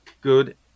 good